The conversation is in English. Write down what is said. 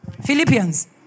Philippians